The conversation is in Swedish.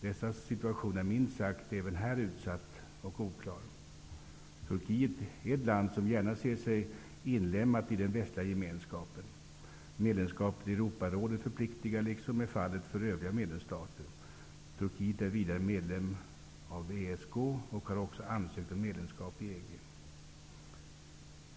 Dessas situation är minst sagt även här utsatt och oklar. Turkiet är ett land som gärna ser sig inlemmat i den västliga gemenskapen. Medlemskapet i Europarådet förpliktigar liksom med fallet för övriga medlemstater. Turkiet är vidare medlem i ESK och har också ansökt om medlemskap i EG.